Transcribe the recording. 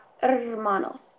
Hermanos